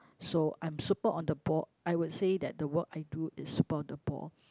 so I'm super on the ball I would say that the work I do is super on the ball